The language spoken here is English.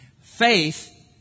Faith